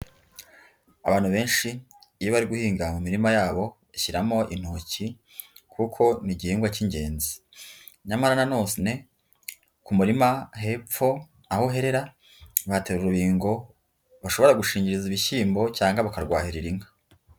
Abantu benshi iyo bari guhinga mu mirima yabo bashyiramo intoki kuko ni igihingwa cy'ingenzi, nyamara na none ku murima hepfo aho uherera bahatera urubingo bashobora gushingiriza ibishyimbo cyangwa bakarwahirira inka.